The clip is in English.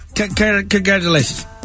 Congratulations